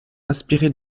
inspirée